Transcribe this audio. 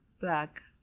Black